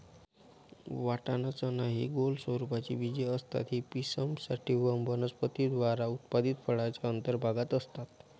वाटाणा, चना हि गोल स्वरूपाची बीजे असतात ही पिसम सॅटिव्हम वनस्पती द्वारा उत्पादित फळाच्या अंतर्भागात असतात